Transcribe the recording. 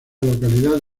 localidad